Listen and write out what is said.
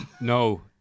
No